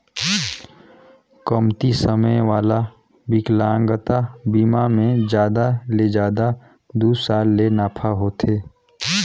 कमती समे वाला बिकलांगता बिमा मे जादा ले जादा दू साल ले नाफा होथे